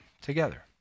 together